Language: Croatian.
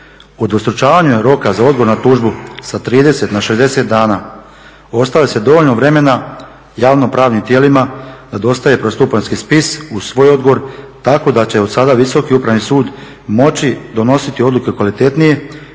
Udvostručavanjem roka za odgovor na tužbu sa 30 na 60 dana ostavlja se dovoljno vremena javnopravnim tijelima da dostave prvostupanjski spis uz svoj odgovor tako da će od sada Visoki upravni sud moći donositi odluke kvalitetnije